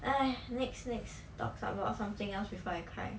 !aiya! next next talk about something else before I cry